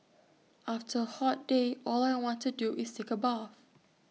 after A hot day all I want to do is take A bath